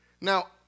Now